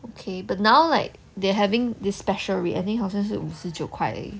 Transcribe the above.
okay but now like they're having this special rate I think 好像是五十九块而已